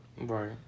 Right